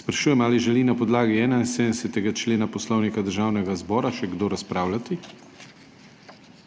sprašujem, ali želi na podlagi 71. člena Poslovnika Državnega zbora še kdo razpravljati.